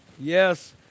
yes